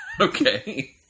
Okay